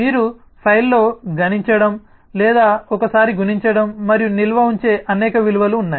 మీరు ఫ్లైలో గణించడం లేదా ఒకసారి గణించడం మరియు నిల్వ ఉంచే అనేక విలువలు ఉన్నాయి